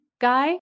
guy